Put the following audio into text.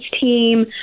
team